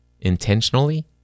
intentionally